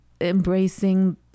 embracing